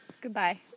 Goodbye